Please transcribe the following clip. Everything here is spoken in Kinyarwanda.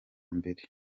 mbere